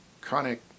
chronic